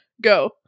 go